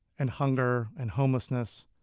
and hunger, and homelessness.